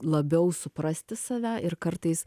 labiau suprasti save ir kartais